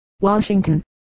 Washington